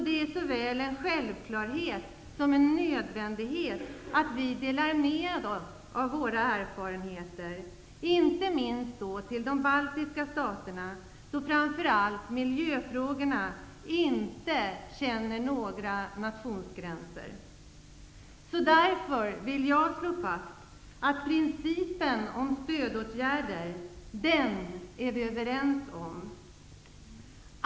Det är såväl en självklarhet som en nödvändighet att vi delar med oss av våra erfarenheter, inte minst till de baltiska staterna, då framför allt miljöfrågorna inte känner några nationsgränser. Därför vill jag slå fast att vi är överens om principen om stödåtgärder.